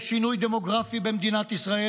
יש שינוי דמוגרפי במדינת ישראל,